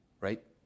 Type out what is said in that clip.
Right